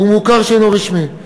הוא מוכר שאינו רשמי.